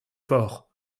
fort